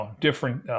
different